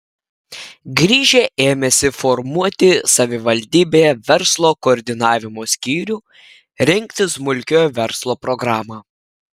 grįžę ėmėsi formuoti savivaldybėje verslo koordinavimo skyrių rengti smulkiojo verslo programą